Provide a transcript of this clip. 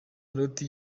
loti